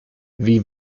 wie